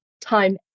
time